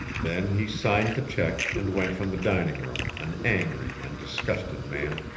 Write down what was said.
then he signed the check and went from the dining room, an angry and disgusted man.